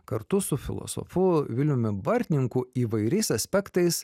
kartu su filosofu viliumi bartninku įvairiais aspektais